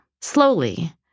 slowly